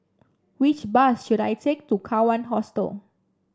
which bus should I take to Kawan Hostel